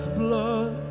blood